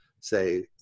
say